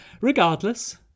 regardless